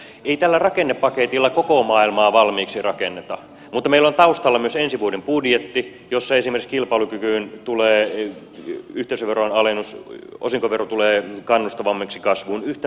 ei tällä rakennepaketilla koko maailmaa valmiiksi rakenneta mutta meillä on taustalla myös ensi vuoden budjetti jossa esimerkiksi kilpailukykyyn tulee yhteisöveron alennus osinkovero tulee kannustavammaksi kasvuun yhtä sun toista